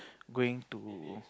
going to